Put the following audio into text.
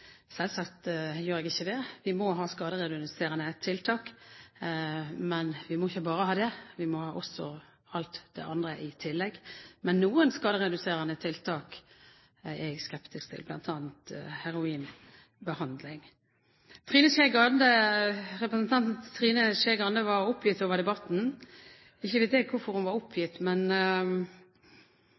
Selvsagt gjør jeg ikke det. Vi må ha skadereduserende tiltak. Men vi må ikke ha bare det, vi må også ha alt det andre i tillegg. Men noen skadereduserende tiltak er jeg skeptisk til, bl.a. heroinbehandling. Representanten Trine Skei Grande var oppgitt over debatten. Ikke vet jeg hvorfor hun var oppgitt. Men